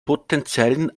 potenziellen